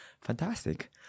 fantastic